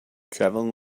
traveling